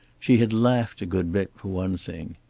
she had laughed a good bit, for one thing.